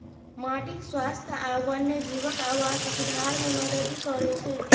माटिक स्वास्थ्य आ वन्यजीवक आवास सुधार मे मदति करै छै